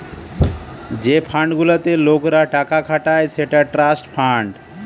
যে ফান্ড গুলাতে লোকরা টাকা খাটায় সেটা ট্রাস্ট ফান্ড